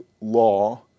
law